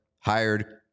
hired